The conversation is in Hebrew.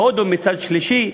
הודו מצד שלישי,